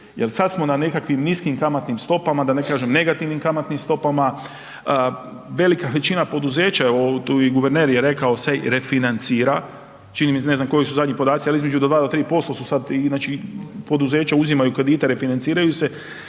sada smo na nekakvim niskim kamatnim stopama da ne kažem negativnim kamatnim stopama, velika većina poduzeća, tu je i guverner rekao se refinancira, ne znam koji su zadnji podaci, ali između od 2 do 3% su sada ti, znači poduzeća uzimaju kredite refinanciraju se